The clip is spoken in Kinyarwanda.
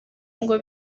ngo